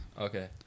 okay